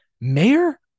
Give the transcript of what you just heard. mayor